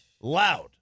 Loud